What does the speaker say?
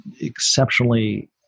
exceptionally